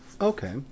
Okay